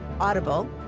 Audible